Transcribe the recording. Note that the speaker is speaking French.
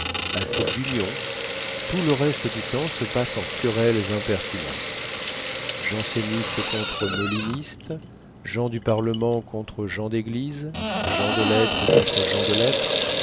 assez d'union tout le reste du temps se passe en querelles impertinentes jansénistes contre molinistes gens du parlement contre gens d'église gens de lettres contre gens de lettres